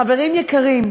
חברים יקרים,